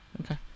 Okay